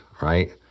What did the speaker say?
right